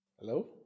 Hello